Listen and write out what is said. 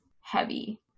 heavy